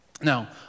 Now